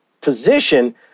position